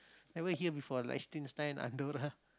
never hear before Liechtenstein Andorra